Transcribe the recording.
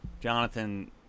Jonathan